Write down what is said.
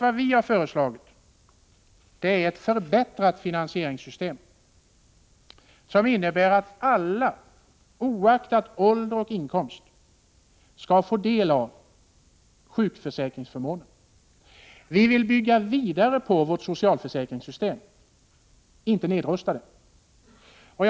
Vad vi har föreslagit är nämligen ett förbättrat finansieringssystem som innebär att alla, oaktat ålder och inkomst, skall få del av sjukförsäkringsförmånerna. Vi vill bygga vidare på vårt socialförsäkringssystem, inte nedrusta det.